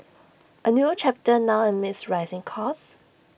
A new chapter now amid rising costs